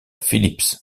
phillips